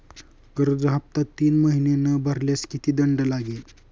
कर्ज हफ्ता तीन महिने न भरल्यास किती दंड लागेल?